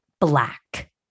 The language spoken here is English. black